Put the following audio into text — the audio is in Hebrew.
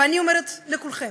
ואני אומרת לכולכם,